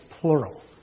plural